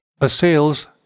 assails